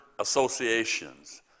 associations